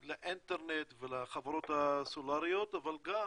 לאינטרנט ולחברות הסלולריות, אבל גם